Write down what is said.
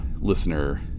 listener